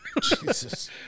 Jesus